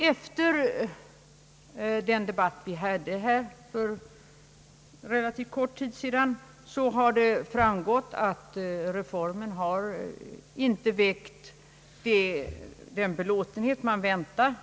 Efter den debatt vi hade för relativt kort tid sedan har det framgått att reformen inte mötts av den belåtenhet man väntade.